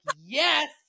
yes